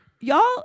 y'all